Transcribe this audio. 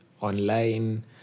online